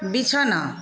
বিছানা